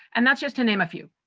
and that's just to name a few.